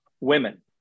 women